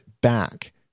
back